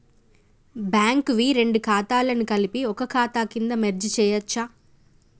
Bank వి రెండు ఖాతాలను కలిపి ఒక ఖాతా కింద మెర్జ్ చేయచ్చా?